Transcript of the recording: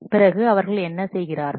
பிறகு அவர்கள் என்ன செய்கிறார்கள்